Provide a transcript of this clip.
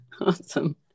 awesome